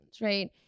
right